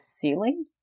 ceiling